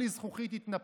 כלי זכוכית התנפץ,